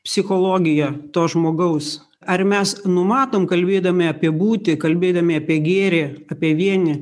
psichologija to žmogaus ar mes numatom kalbėdami apie būtį kalbėdami apie gėrį apie vienį